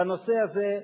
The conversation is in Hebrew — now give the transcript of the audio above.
בנושא הזה,